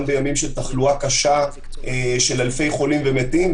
בימים של תחלואה קשה של אלפי חולים ומתים,